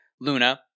Luna